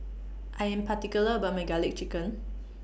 I Am particular about My Garlic Chicken